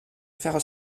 faire